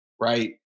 right